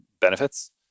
benefits